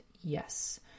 yes